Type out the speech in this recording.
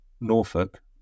Norfolk